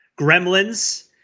Gremlins